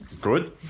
Good